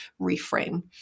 reframe